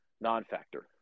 non-factor